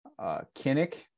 Kinnick